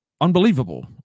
unbelievable